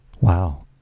Wow